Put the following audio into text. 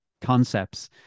concepts